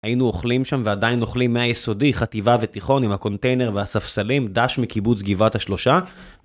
היינו אוכלים שם ועדיין אוכלים מהיסודי, חטיבה ותיכון עם הקונטיינר והספסלים, דש מקיבוץ גבעת השלושה.